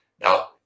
Now